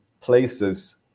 places